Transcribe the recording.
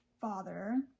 father